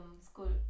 school